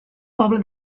poble